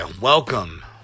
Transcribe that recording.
Welcome